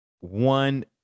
one